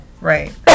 Right